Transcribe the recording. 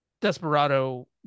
Desperado